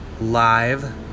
live